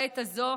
בעת הזו?